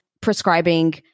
prescribing